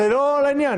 זה לא לעניין.